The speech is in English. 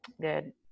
good